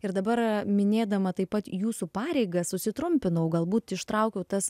ir dabar minėdama taip pat jūsų pareigas susitrumpinau galbūt ištraukiau tas